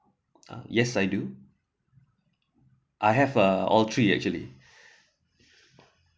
uh yes I do I have a uh all three actually